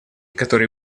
которые